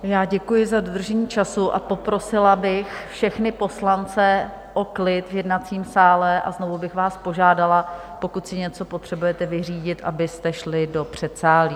Já děkuji za dodržení času a poprosila bych všechny poslance o klid v jednacím sále a znovu bych vás požádala, pokud si něco potřebujete vyřídit, abyste šli do předsálí.